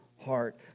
heart